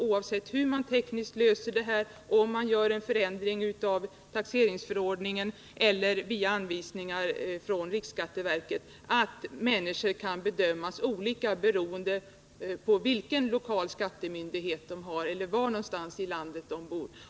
Oavsett hur man tekniskt löser problemet — genom förändring av taxeringsförordningen eller via anvisningar från riksskatteverket — får det inte vara så att människor kan bedömas olika beroende på vilken den lokala skattemyndigheten är eller var någonstans i landet de bor.